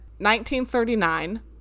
1939